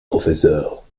professeurs